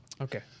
Okay